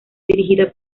dirigida